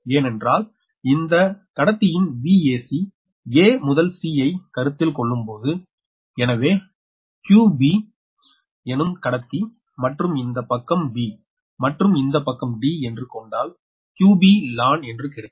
ஏனென்றால் இந்த கத்தியின் Vac a to c ஐ கருத்தில் கொள்ளும்பொழுது எனவே 𝑞𝑏 எனும் கடத்தி மற்றும் இந்த பக்கம் b மற்றும் இந்த பக்கம் D என்று கொண்டால் 𝑞𝑏 𝑙n என்று கிடைக்கும்